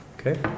Okay